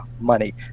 money